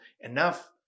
enough